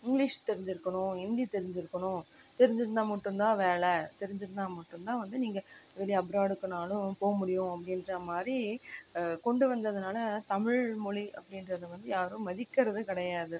English தெரிஞ்சுருக்கணும் ஹிந்தி தெரிஞ்சுருக்கணும் தெரிஞ்சுருந்தா மட்டுந்தான் வேலை தெரிஞ்சிருந்தால் மட்டுந்தான் வந்து நீங்கள் வெளியே அப்ராடுக்குனாலும் போக முடியும் அப்படின்ற மாதிரி கொண்டு வந்ததினால தமிழ்மொழி அப்படின்றது வந்து யாரும் மதிக்கிறது கிடையாது